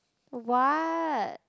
what